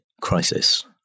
crisis